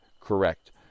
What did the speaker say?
correct